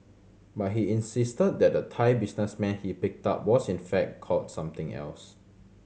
but he insisted that the Thai businessman he picked up was in fact called something else